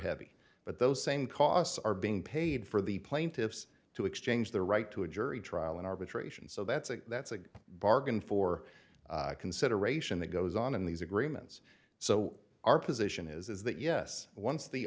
heavy but those same costs are being paid for the plaintiffs to exchange their right to a jury trial in arbitration so that's a that's a bargain for consideration that goes on in these agreements so our position is that yes once the